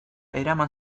eraman